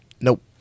Nope